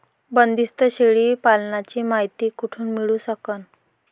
बंदीस्त शेळी पालनाची मायती कुठून मिळू सकन?